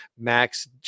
Max